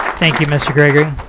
thank you, mr. gregory.